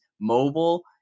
mobile